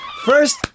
First